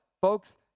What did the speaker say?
folks